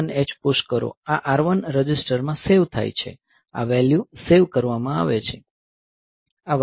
તેથી 01H push કરો આ R1 રજિસ્ટરમાં સેવ થાય છે આ વેલ્યુ સેવ કરવામાં આવે છે